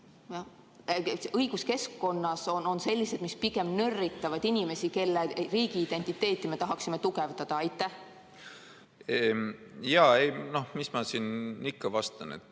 õiguskeskkonnas on sellised, mis pigem nörritavad inimesi, kelle riigiidentiteeti me tahaksime tugevdada? No mis ma siin ikka vastan.